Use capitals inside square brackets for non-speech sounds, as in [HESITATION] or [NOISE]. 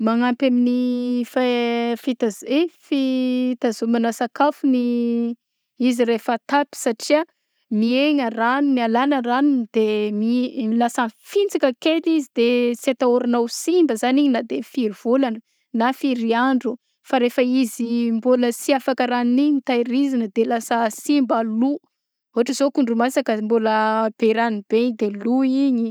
Manampy amin'ny fe- fitazi- i- fitazomana sakafo ny [HESITATION] izy rehefa atapy satria mihegna ranony alagna ranony de mi- i- lasa mifintsaka kely izy de tsy atahôrana ho simba zagny igny na de firy vaolagna na firy andro fa rehefa izy mbôla sy afaka ragnony igny tahirizina de lasa simba lo ôhatra zao akondro masaka mbôla be ranony be igny de lo igny.